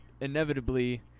inevitably